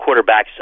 quarterbacks